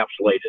encapsulated